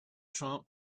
trump